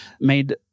made